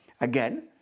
Again